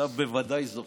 אתה בוודאי זוכר.